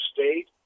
State